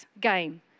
game